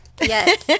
Yes